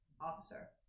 officer